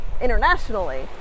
internationally